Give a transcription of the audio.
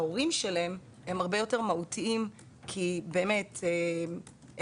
ההורים שלהם הם הרבה יותר מהותיים כי באמת אלה,